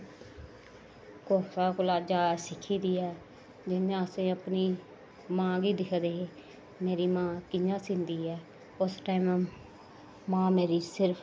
कुसे कोला जांच सिक्खी दी ऐ जि'यां असें अपनी मां गी दिक्खदे है मेरी मां कि'यां सींदी ऐ उस टैंमे मां मेरी सिर्फ